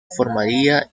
formaría